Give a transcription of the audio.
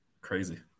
crazy